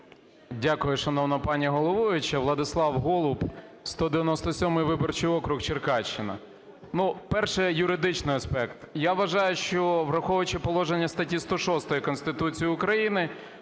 Дякую, шановна пані головуюча. Владислав Голуб, 197 виборчий округ, Черкащина. Ну, перше, юридичний аспект. Я вважаю, що, враховуючи положення статті 106 Конституції України,